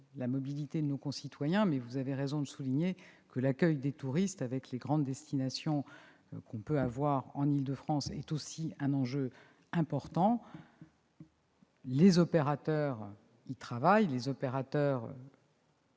la mobilité de nos concitoyens, vous avez raison de souligner que l'accueil des touristes, avec les grandes destinations qui se trouvent en Île-de-France, est aussi un enjeu important. Les opérateurs y travaillent, notamment